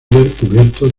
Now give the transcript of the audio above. cubierto